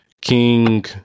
King